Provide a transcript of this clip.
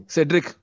Cedric